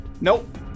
Nope